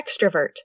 extrovert